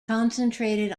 concentrated